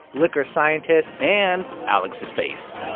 liquor scientists. and alex's face